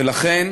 ולכן